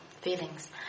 feelings